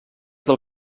del